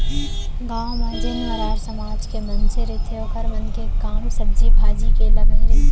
गाँव म जेन मरार समाज के मनसे रहिथे ओखर मन के काम सब्जी भाजी के लगई रहिथे